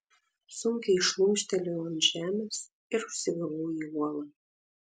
sunkiai šlumštelėjau ant žemės ir užsigavau į uolą